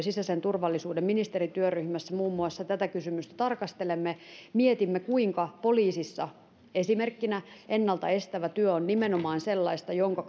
sisäisen turvallisuuden ministerityöryhmässä muun muassa tätä kysymystä tarkastelemme mietimme kuinka poliisissa esimerkkinä ennalta estävä työ on nimenomaan sellaista jonka